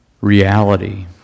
reality